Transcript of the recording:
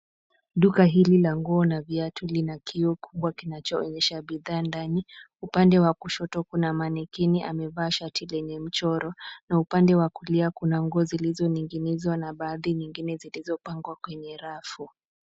Duka hili la nguo na viatu lina kioo kubwa kinachoonyesha bidhaa ndani. Upande wa kushoto kuna manekini amevaa shati lenye mchoro na upande wa kulia kuna nguo zilizoning'inizwa na baadhi nyingine zilizopangwa kwenye rafu.